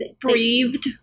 Breathed